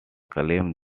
claims